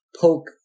poke